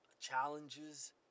challenges